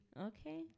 okay